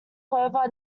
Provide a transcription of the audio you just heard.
plover